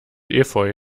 efeu